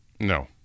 No